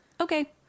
Okay